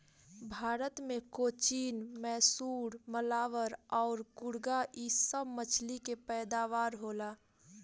भारत मे कोचीन, मैसूर, मलाबार अउर कुर्ग इ सभ मछली के पैदावार होला